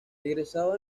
egresado